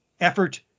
effort